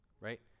right